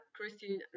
Christine